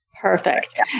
Perfect